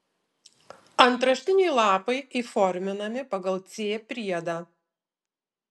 antraštiniai lapai įforminami pagal c priedą